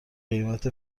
قیمت